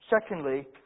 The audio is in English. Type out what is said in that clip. Secondly